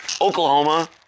Oklahoma